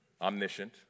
omniscient